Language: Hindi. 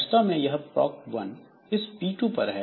वास्तव में यह proc1 इस P2 पर है